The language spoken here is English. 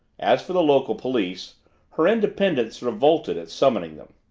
as for the local police her independence revolted at summoning them.